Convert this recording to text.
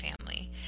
family